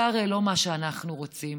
הרי זה לא מה שאנחנו רוצים.